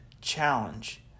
challenge